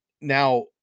Now